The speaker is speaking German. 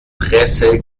presse